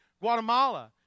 Guatemala